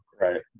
Right